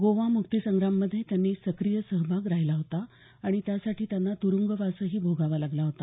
गोवा मुक्तीसंग्राममध्ये त्यांचा सक्रीय सहभाग राहिला होता आणि त्यासाठी त्यांना तुरूंगवासही भोगावा लागला होता